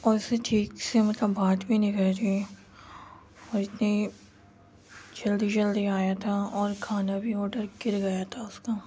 اور اس نے ٹھیک سے مطلب بات بھی نہیں کری تھی اور اتنی جلدی جلدی آیا تھا اور کھانا بھی آڈر گر گیا تھا اس کا